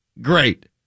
great